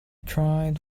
tried